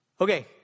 Okay